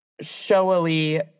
showily